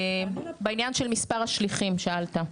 בעניין של מספר השליחים שאלת,